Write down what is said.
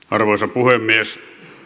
arvoisa puhemies